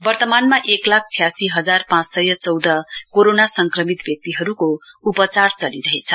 वर्तमानमा एक लाख छुयासी हजार पाँच सय चौध कोरोना संक्रमित व्यक्तिहरूको उपचार चलिरहेछ